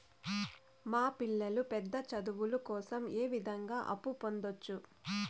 మా పిల్లలు పెద్ద చదువులు కోసం ఏ విధంగా అప్పు పొందొచ్చు?